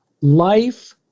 Life